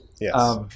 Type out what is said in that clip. Yes